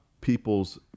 people's